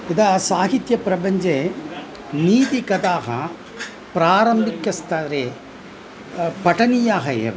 यदा साहित्यप्रपञ्चे नीतिकथाः प्रारम्भिकस्थरे पठनीयाः एव